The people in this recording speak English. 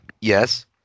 yes